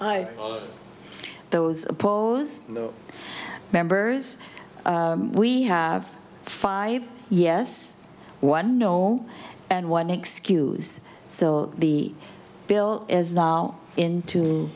i those opposed members we have five yes one no and one excuse so the bill is now into